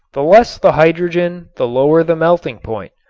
the less the hydrogen the lower the melting point.